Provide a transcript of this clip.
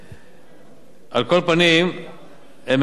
הם כ-5.4% מכלל השכירים במשק.